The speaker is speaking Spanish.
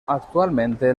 actualmente